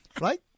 Right